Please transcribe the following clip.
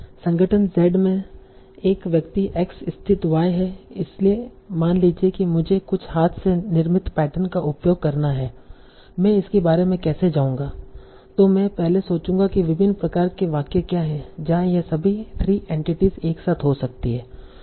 संगठन z में एक व्यक्ति x स्थिति y है इसलिए मान लीजिए कि मुझे कुछ हाथ से निर्मित पैटर्न का उपयोग करना है मैं इसके बारे में कैसे जाऊंगा तों मैं पहले सोचूंगा कि विभिन्न प्रकार के वाक्य क्या हैं जहां ये सभी 3 एंटिटीस एक साथ हो सकती हैं